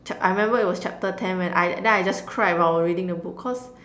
Chapt~ I remember it was chapter ten when I then I just cried while reading the book cause